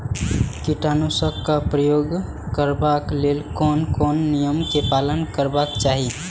कीटनाशक क प्रयोग करबाक लेल कोन कोन नियम के पालन करबाक चाही?